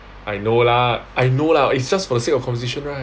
I know lah I know lah it's just for the sake of conversation right